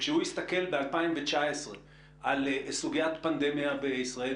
כשהוא הסתכל ב-2019 על סוגיית פנדמיה בישראל,